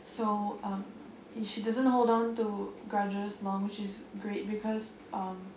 so um if she doesn't hold onto grudges long she's great which is um